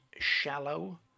shallow